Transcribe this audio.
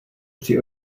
při